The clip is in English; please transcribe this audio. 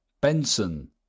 Benson